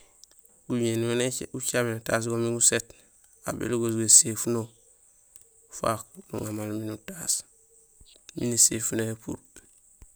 Guñéni éni ucaméén étaas go min gusét, aw bélogoos go éséfuno ufaak nuŋa maal miin utaas miin éséfuno yayu épuur.